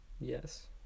Yes